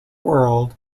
world